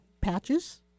patches